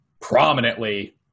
prominently